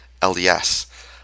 LDS